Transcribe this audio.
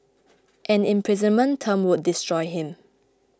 an imprisonment term would destroy him